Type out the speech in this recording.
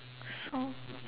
so